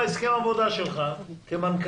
למה בהסכם העבודה שלך כמנכ"ל